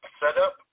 setup